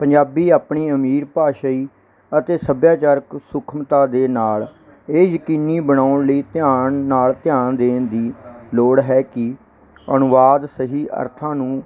ਪੰਜਾਬੀ ਆਪਣੀ ਅਮੀਰ ਭਾਸ਼ਾਈ ਅਤੇ ਸੱਭਿਆਚਾਰਕ ਸੂਖਮਤਾ ਦੇ ਨਾਲ ਇਹ ਯਕੀਨੀ ਬਣਾਉਣ ਲਈ ਧਿਆਨ ਨਾਲ ਧਿਆਨ ਦੇਣ ਦੀ ਲੋੜ ਹੈ ਕਿ ਅਨੁਵਾਦ ਸਹੀ ਅਰਥਾਂ ਨੂੰ